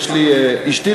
אשתי,